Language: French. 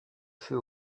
feu